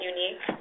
Unique